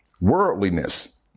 worldliness